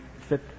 fit